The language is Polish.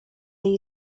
jej